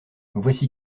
voici